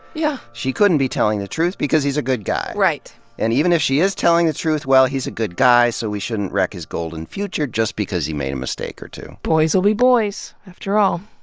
yeah she couldn't be telling the truth because he's a good guy. and even if she is telling the truth well, he's a good guy so we shouldn't wreck his golden future just because he made a mistake or two. boys will be boys, after all.